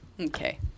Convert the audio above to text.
okay